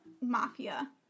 mafia